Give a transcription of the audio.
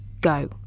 go